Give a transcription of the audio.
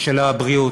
של הבריאות,